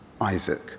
Isaac